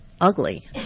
ugly